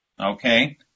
okay